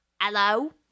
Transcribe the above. Hello